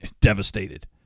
devastated